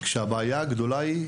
כשהבעיה הגדולה כאן,